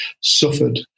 suffered